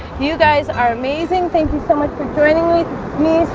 you guys are amazing. thank you so much for joining with me.